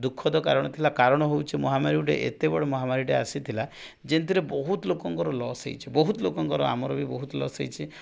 ଦୁଃଖଦ କାରଣ ଥିଲା କାରଣ ହେଉଛି ମହାମାରୀ ଗୋଟେ ଏତେ ବଡ଼ ମହାମାରୀଟେ ଆସିଥିଲା ଯେଉଁଥିରେ ବହୁତ ଲୋକଙ୍କର ଲସ୍ ହୋଇଛି ବହୁତ ଲୋକଙ୍କର ଆମର ବି ବହୁତ ଲସ୍ ହୋଇଛି